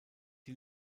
die